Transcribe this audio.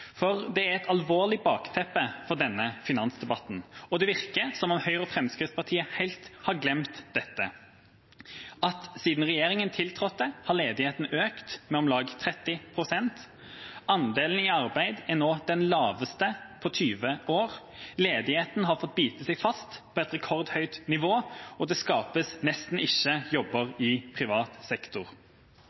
arbeidsledige. Det er et alvorlig bakteppe for denne finansdebatten, og det virker som om Høyre og Fremskrittspartiet helt har glemt dette: Siden regjeringa tiltrådte, har ledigheten økt med om lag 30 pst. Andelen i arbeid er nå den laveste på 20 år. Ledigheten har fått bite seg fast på et rekordhøyt nivå. Det skapes nesten ikke jobber i privat sektor.